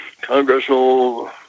congressional